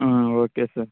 ம் okay sir